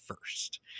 first